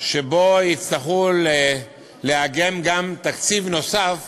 שבו יצטרכו לעגן גם תקציב נוסף